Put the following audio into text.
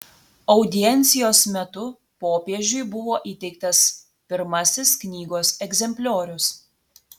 audiencijos metu popiežiui buvo įteiktas pirmasis knygos egzempliorius